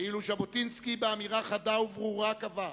ואילו ז'בוטינסקי, באמירה חדה וברורה, קבע: